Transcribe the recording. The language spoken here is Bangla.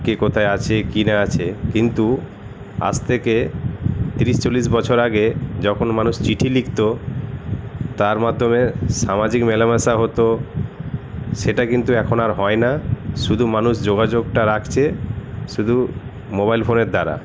কে কোথায় আছে কী না আছে কিন্তু আজ থেকে তিরিশ চল্লিশ বছর আগে যখন মানুষ চিঠি লিখতো তার মাধ্যমে সামাজিক মেলামেশা হত সেটা কিন্তু এখন আর হয় না শুধু মানুষ যোগাযোগটা রাখছে শুধু মোবাইল ফোনের দ্বারা